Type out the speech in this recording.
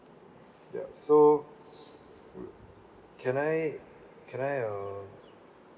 yup so can I can I uh